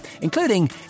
including